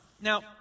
Now